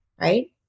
right